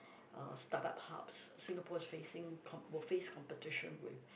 uh startup hubs Singapore is facing com~ will face competition with